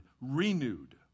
renewed